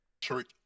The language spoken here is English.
church